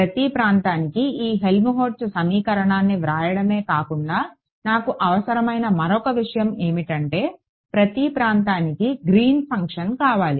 ప్రతి ప్రాంతానికి ఈ హెల్మ్హోల్ట్జ్ సమీకరణాన్ని వ్రాయడమే కాకుండా నాకు అవసరమైన మరొక విషయం ఏమిటంటే ప్రతి ప్రాంతానికి గ్రీన్ ఫంక్షన్ కావాలి